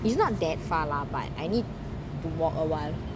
it's not that far lah but I need to walk a while